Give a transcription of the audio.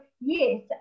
yes